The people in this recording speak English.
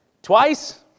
Twice